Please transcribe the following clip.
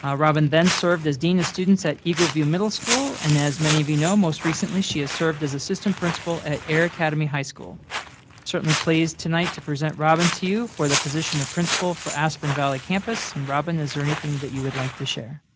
ah robin then served as dean of students at eagle view middle school. and as many of you know, most recently she has served as assistant principal at air academy high school. i'm certainly pleased tonight to present robin to you for the position of principal for aspen valley campus. and robin, is there anything that you would like to share?